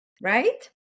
Right